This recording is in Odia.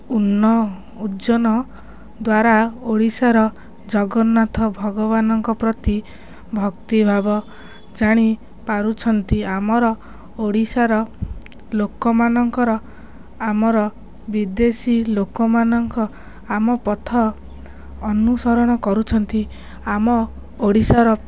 ଉଜ୍ଜନ ଦ୍ୱାରା ଓଡ଼ିଶାର ଜଗନ୍ନାଥ ଭଗବାନଙ୍କ ପ୍ରତି ଭକ୍ତି ଭାବ ଜାଣି ପାରୁଛନ୍ତି ଆମର ଓଡ଼ିଶାର ଲୋକମାନଙ୍କର ଆମର ବିଦେଶୀ ଲୋକମାନଙ୍କ ଆମ ପଥ ଅନୁସରଣ କରୁଛନ୍ତି ଆମ ଓଡ଼ିଶାର